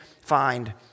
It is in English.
find